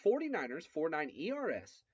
49ers49ERS